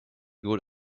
good